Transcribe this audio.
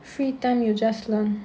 free time you just learn